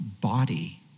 body